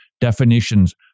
definitions